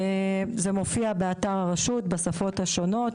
זה מופיע באתר הרשות בשפות השונות.